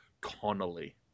Connolly